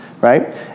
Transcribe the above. right